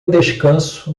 descanso